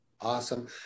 Awesome